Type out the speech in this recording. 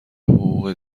حقوق